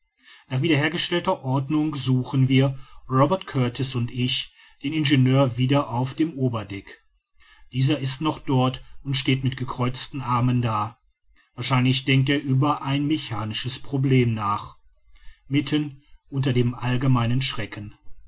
nach wiederhergestellter ordnung suchen wir robert kurtis und ich den ingenieur wieder auf dem oberdeck dieser ist noch dort und steht mit gekreuzten armen da wahrscheinlich denkt er über ein mechanisches problem nach mitten unter dem allgemeinen schrecken